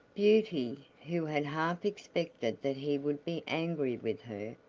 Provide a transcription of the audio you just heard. beauty, who had half expected that he would be angry with her,